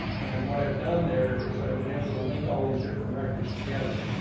and what i've done there is, i've been able to link all these different records together.